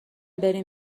بریم